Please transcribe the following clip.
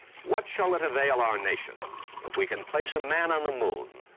what shall it avail our nation, if we can place a man on the moon,